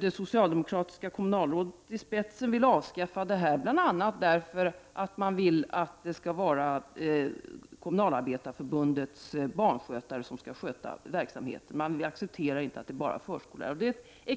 Det socialdemokratiska kommunalrådet går nu i spetsen för att avskaffa detta, bl.a. för att man vill att det skall vara Kommunalarbetareförbundets barnskötare som skall sköta verksamheten. Man accepterar inte att det bara är förskollärare som sköter driften.